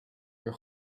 your